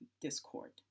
discord